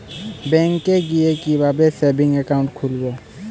ব্যাঙ্কে গিয়ে কিভাবে সেভিংস একাউন্ট খুলব?